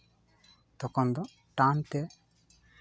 ᱛᱚᱠᱷᱚᱱ ᱫᱚ ᱴᱟᱱ ᱛᱮ